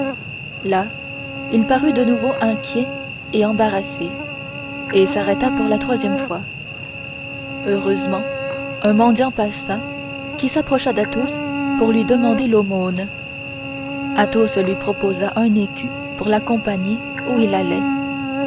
là il parut de nouveau inquiet et embarrassé et s'arrêta pour la troisième fois heureusement un mendiant passa qui s'approcha d'athos pour lui demander l'aumône athos lui proposa un écu pour l'accompagner où il allait